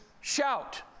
shout